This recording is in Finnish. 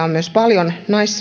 on myös paljon